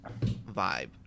vibe